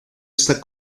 esta